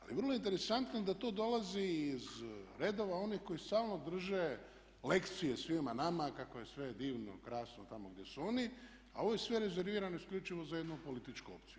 Ali vrlo je interesantno da to dolazi iz redova onih koji stalno drže lekcije svima nama kako je sve divno, krasno tamo gdje su oni a ovo je sve rezervirano isključivo za jednu političku opciju.